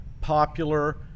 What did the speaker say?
popular